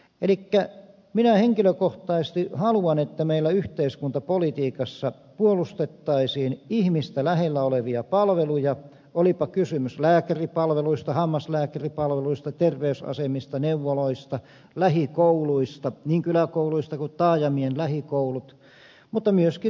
elikkä minä henkilökohtaisesti haluan että meillä yhteiskuntapolitiikassa puolustettaisiin ihmistä lähellä olevia palveluja olipa kysymys lääkäripalveluista hammaslääkäripalveluista terveysasemista neuvoloista lähikouluista niin kyläkouluista kuin taajamien lähikouluista mutta myöskin lähikaupoista